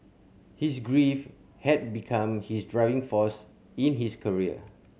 his grief had become his driving force in his career